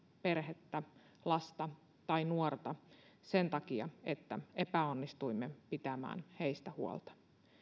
perhettä lasta tai nuorta sen takia että epäonnistuimme pitämään heistä huolta